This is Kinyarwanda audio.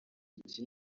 iki